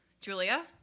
Julia